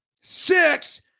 six